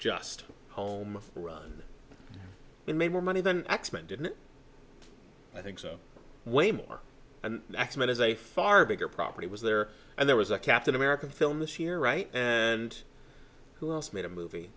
just home run made more money than x men did i think so way more and x men is a far bigger property was there and there was a captain america film this year right and who else made a movie